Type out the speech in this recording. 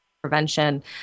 prevention